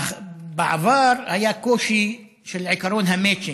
בעבר היה הקושי של עקרון המצ'ינג.